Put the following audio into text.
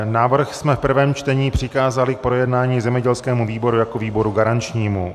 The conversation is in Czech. Návrh jsme v prvém čtení přikázali k projednání zemědělskému výboru jako výboru garančnímu.